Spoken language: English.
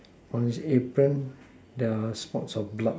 on his apron there are spots of blood